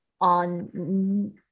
on